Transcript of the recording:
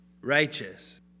righteous